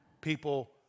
people